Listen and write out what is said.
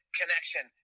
connection